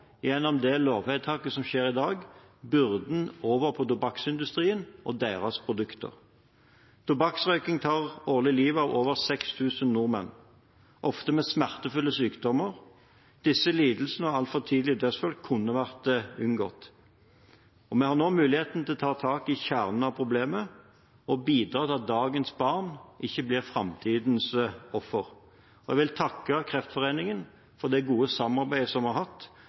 gjennom det lovvedtaket som skjer i dag, byrden over på tobakksindustrien og dens produkter. Tobakksrøyking tar årlig livet av over 6 000 nordmenn, ofte etter smertefulle sykdommer. Disse lidelsene og de altfor tidlige dødsfallene kunne vært unngått. Vi har nå mulighet til å ta tak i kjernen av problemet og bidra til at dagens barn ikke blir framtidens ofre. Jeg vil takke Kreftforeningen for det gode samarbeidet vi har hatt